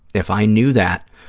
if i knew that,